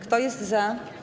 Kto jest za?